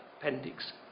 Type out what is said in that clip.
Appendix